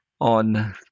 On